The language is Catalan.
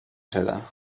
seda